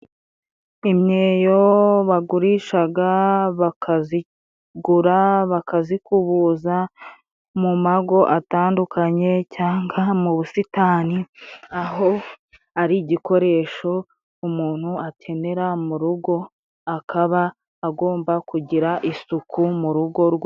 Imyeyo bagurishaga bakazigura bakazikubuza mu mago atandukanye cyangwa mu busitani aho ari igikoresho umuntu akenera mu rugo, akaba agomba kugira isuku mu rugo rwe.